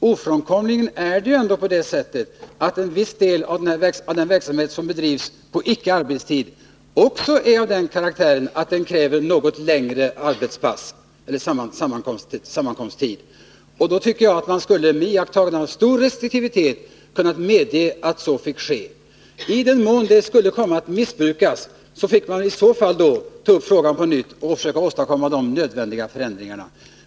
Onekligen är det så, att en viss del av den verksamhet som bedrivs på icke-arbetstid också är av den karaktären att den kräver något längre arbetspass eller sammankomsttid. Då tycker jag att man, med iakttagande av stor restriktivitet, kunde medge detta. Om det uppstår missbruk, får vi väl ta upp frågan på nytt och försöka åstadkomma de nödvändiga ändringarna.